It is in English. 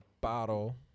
bottle